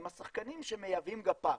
אלה השחקנים שמייבאים גפ"מ.